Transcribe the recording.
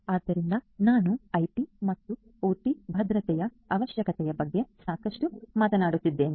ಆದ್ದರಿಂದ ನಾನು ಐಟಿ ಮತ್ತು ಒಟಿ ಭದ್ರತೆಯ ಅವಶ್ಯಕತೆಯ ಬಗ್ಗೆ ಸಾಕಷ್ಟು ಮಾತನಾಡುತ್ತಿದ್ದೇನೆ